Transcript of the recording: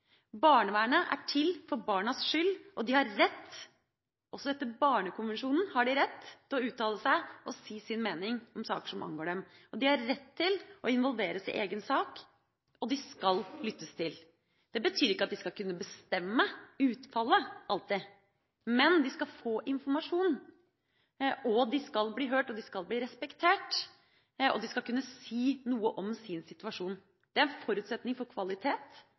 Barnevernet er til for barnas skyld, og de har rett til – også etter Barnekonvensjonen – å uttale seg og si sin mening om saker som angår dem. De har rett til å involveres i egen sak, og de skal lyttes til. Det betyr ikke at de alltid skal kunne bestemme utfallet, men de skal få informasjon, de skal bli hørt og respektert, og de skal kunne si noe om sin situasjon. Det er en forutsetning for kvalitet